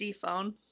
phone